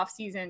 offseason